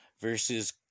versus